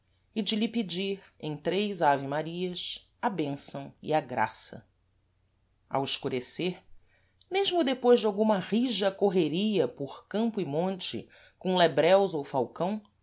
e de lhe pedir em três ave-marias a bênção e a graça ao escurecer mesmo depois de alguma rija correria por campo e monte com lebreus ou falcão